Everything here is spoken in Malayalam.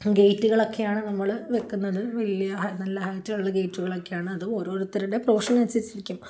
ഗേറ്റുകളൊക്കെയാണു നമ്മല് വയ്ക്കുന്നത് വലിയ നല്ല ഹൈറ്റുള്ള ഗേറ്റുകളൊക്കെയാണ് അത് ഓരോരുത്തരുടെ പ്രൊഫഷനനുസരിച്ചിരിക്കും